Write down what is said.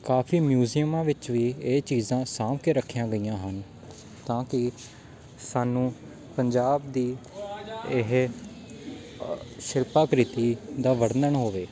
ਕਾਫ਼ੀ ਮਿਊਜ਼ੀਅਮਾਂ ਵਿੱਚ ਵੀ ਇਹ ਚੀਜ਼ਾਂ ਸਾਂਭ ਕੇ ਰੱਖੀਆਂ ਗਈਆਂ ਹਨ ਤਾਂ ਕਿ ਸਾਨੂੰ ਪੰਜਾਬ ਦੀ ਇਹ ਅ ਸ਼ਿਲਪਾ ਕ੍ਰਿਤੀ ਦਾ ਵਰਨਣ ਹੋਵੇ